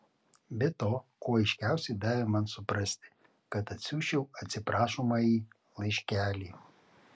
be to kuo aiškiausiai davė man suprasti kad atsiųsčiau atsiprašomąjį laiškelį